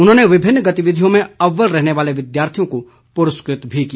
उन्होंने विभिन्न गतिविधियों में अव्वल रहने वाले विद्यार्थियों को पुरस्कृत भी किया